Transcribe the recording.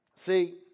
See